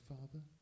Father